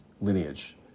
lineage